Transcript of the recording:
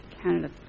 Canada